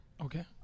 Okay